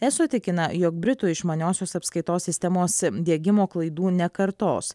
eso tikina jog britų išmaniosios apskaitos sistemos diegimo klaidų nekartos